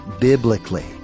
biblically